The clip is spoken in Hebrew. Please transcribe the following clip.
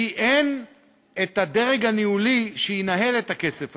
כי אין דרג ניהולי שינהל את הכסף הזה.